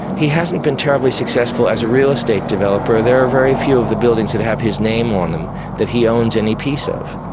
he hasn't been terribly successful as a real estate developer. there are very few of the buildings that have his name on them that he owns any piece of,